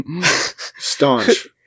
Staunch